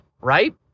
right